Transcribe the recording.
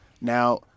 Now